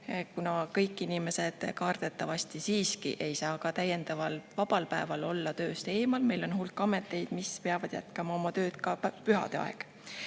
kuna kõik inimesed kardetavasti siiski ei saaks täiendaval vabal päeval olla tööst eemal. Meil on hulk ameteid, mis peavad jätkama oma tööd ka pühade ajal.